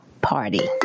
party